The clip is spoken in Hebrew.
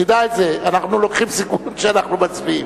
תדע את זה, אנחנו לוקחים סיכון כשאנחנו מצביעים.